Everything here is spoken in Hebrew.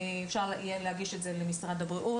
אפשר יהיה להגיש את זה למשרד הבריאות,